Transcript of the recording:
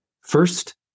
First